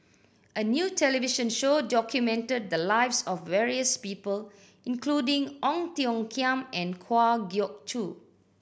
a new television show documented the lives of various people including Ong Tiong Khiam and Kwa Geok Choo